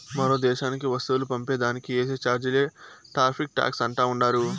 మరో దేశానికి వస్తువులు పంపే దానికి ఏసే చార్జీలే టార్రిఫ్ టాక్స్ అంటా ఉండారు